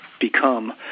become